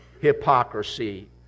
hypocrisy